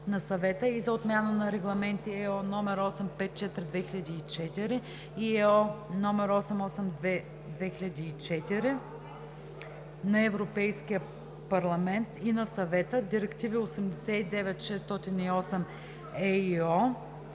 на Съвета, и за отмяна на регламенти (EО) № 854/2004 и (EО) № 882/2004 на Европейския парламент и на Съвета, директиви 89/608/ЕИО,